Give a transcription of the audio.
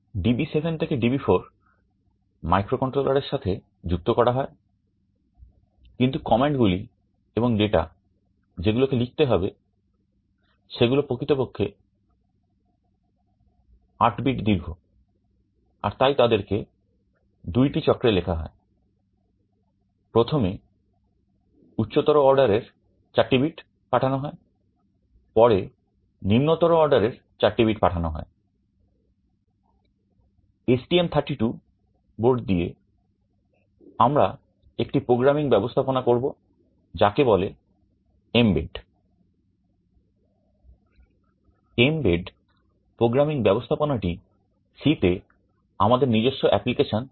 DB7 থেকে DB4 microcontroller এর সাথে যুক্ত করা হয় কিন্তু কমান্ডগুলি